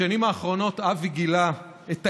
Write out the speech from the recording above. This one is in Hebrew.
בשנים האחרונות אבי גילה את האמת,